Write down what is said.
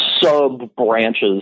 sub-branches